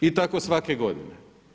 I tako svake godine.